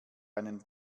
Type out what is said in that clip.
einen